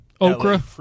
okra